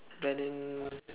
very